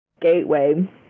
gateway